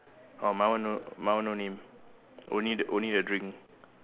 orh my one no my one no name only the only the drink